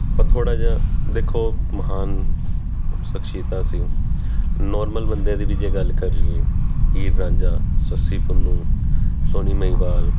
ਤਾਂ ਥੋੜ੍ਹਾ ਜਿਹਾ ਦੇਖੋ ਮਹਾਨ ਸ਼ਖਸ਼ੀਅਤਾ ਸੀ ਨੋਰਮਲ ਬੰਦੇ ਦੀ ਵੀ ਜੇ ਗੱਲ ਕਰ ਲਈਏ ਹੀਰ ਰਾਂਝਾ ਸੱਸੀ ਪੰਨੂੰ ਸੋਹਣੀ ਮਹੀਂਵਾਲ